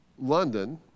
London